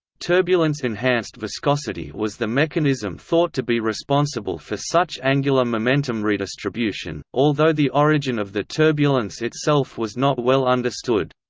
turbulence-enhanced viscosity was the mechanism thought to be responsible for such angular-momentum redistribution, although the origin of the turbulence itself was not well understood.